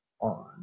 on